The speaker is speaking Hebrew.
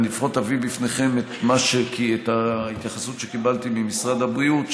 אני לפחות אביא לפניכם את ההתייחסות שקיבלתי ממשרד הבריאות,